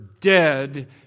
dead